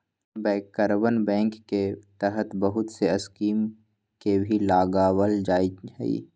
बैंकरवन बैंक के तहत बहुत से स्कीम के भी लावल जाहई